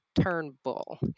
Turnbull